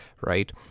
right